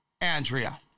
Andrea